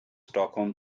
stockholm